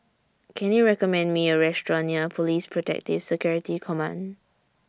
Can YOU recommend Me A Restaurant near Police Protective Security Command